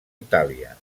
itàlia